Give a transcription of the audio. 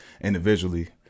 individually